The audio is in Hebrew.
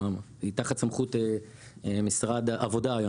היא תחת משרד העבודה היום,